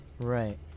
Right